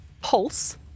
pulse